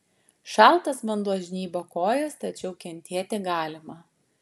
šaltas vanduo žnybo kojas tačiau kentėti galima